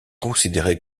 considéré